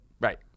Right